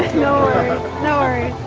no no